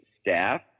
staff